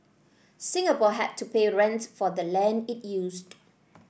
Singapore had to pay rent for the land it used